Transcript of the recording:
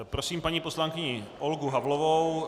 Prosím paní poslankyni Olgu Havlovou.